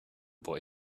boy